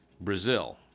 Brazil